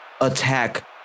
attack